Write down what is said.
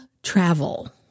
Travel